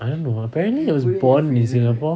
I don't know apparently it was born in singapore